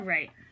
Right